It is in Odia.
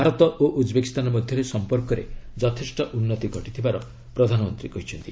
ଭାରତ ଓ ଉଜ୍ବେକିସ୍ତାନ ମଧ୍ୟରେ ସମ୍ପର୍କରେ ଯଥେଷ୍ଟ ଉନ୍ନତି ଘଟିଥିବାର ପ୍ରଧାନମନ୍ତ୍ରୀ କହିଛନ୍ତି